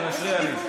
הודעה אישית.